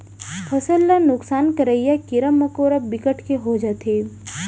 फसल ल नुकसान करइया कीरा मकोरा बिकट के हो जाथे